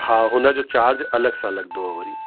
हा हुन जो चार्ज अलॻि सां लॻदो वरी